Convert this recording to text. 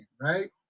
right